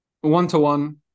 one-to-one